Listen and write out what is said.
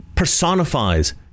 personifies